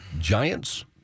Giants